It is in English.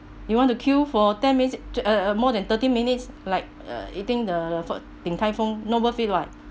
you want to queue for ten minutes to uh uh more than thirty minutes like uh eating the food din tai fung not worth it [what]